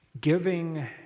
giving